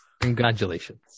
Congratulations